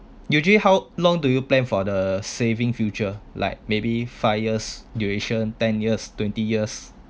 usually how long do you plan for the saving future like maybe five years duration ten years twenty years